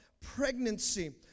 pregnancy